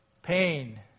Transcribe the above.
Pain